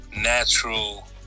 natural